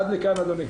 עד לכאן אדוני.